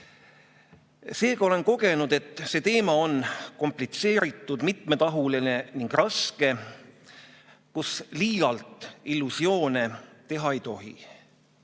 Seega, ma olen kogenud, et see teema on komplitseeritud, mitmetahuline ning raske, kus liialt illusioone teha ei tohi.